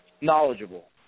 knowledgeable